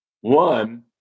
One